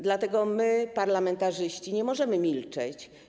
Dlatego my, parlamentarzyści, nie możemy milczeć.